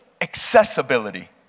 accessibility